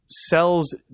sells